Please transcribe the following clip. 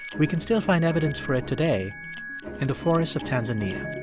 we can still find evidence for it today in the forests of tanzania